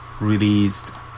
released